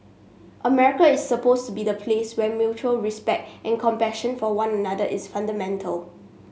America is supposed to be the place where mutual respect and compassion for one another is fundamental